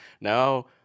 Now